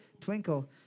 Twinkle